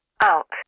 out